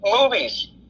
movies